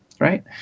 Right